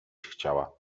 chciała